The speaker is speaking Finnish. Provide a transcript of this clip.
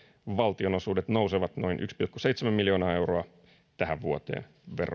valtionosuudet nousevat noin yksi pilkku seitsemän miljoonaa euroa tähän vuoteen verrattuna